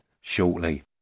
shortly